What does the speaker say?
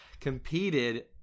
Competed